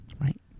Right